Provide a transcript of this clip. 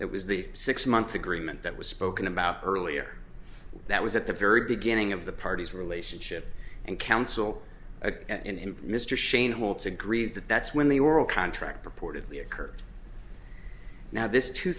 it was the six month agreement that was spoken about earlier that was at the very beginning of the party's relationship and council again and mr shane holtz agrees that that's when the oral contract purportedly occurred now this two